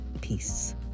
Peace